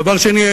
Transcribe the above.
דבר שני,